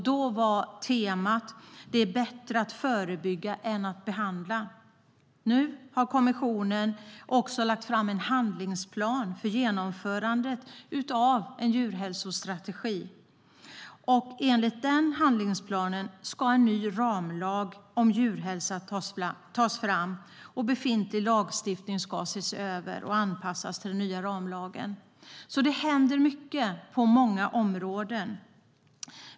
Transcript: Då var temat att det är bättre att förebygga än att behandla. Nu har kommissionen också lagt fram en handlingsplan för genomförandet av en djurhälsostrategi. Enligt denna handlingsplan ska en ny ramlag om djurhälsa tas fram, och befintlig lagstiftning ska ses över och anpassas till den nya ramlagen. Det händer alltså mycket på många områden.